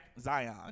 Zion